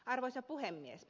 arvoisa puhemies